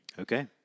Okay